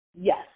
Yes